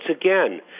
again